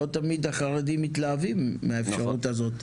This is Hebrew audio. לא תמיד החרדים מתלהבים מהאפשרות הזאת.